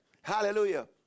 Hallelujah